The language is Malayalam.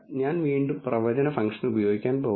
ഞാൻ വീണ്ടും പ്രവചന ഫങ്ക്ഷൻ ഉപയോഗിക്കാൻ പോകുന്നു